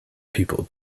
people